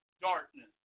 darkness